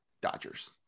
Dodgers